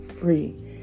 free